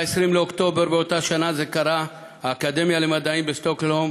ב-20 באוקטובר באותה שנה זה קרה: האקדמיה למדעים בשטוקהולם